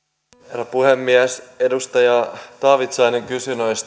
herra puhemies edustaja taavitsainen kysyi